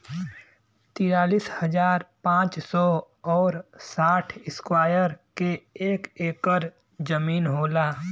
तिरालिस हजार पांच सौ और साठ इस्क्वायर के एक ऐकर जमीन होला